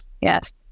Yes